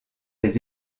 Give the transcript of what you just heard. les